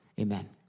amen